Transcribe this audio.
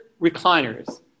recliners